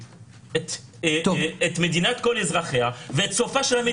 את מדינת כל אזרחיה ואת סופה של המדינה היהודית.